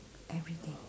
every day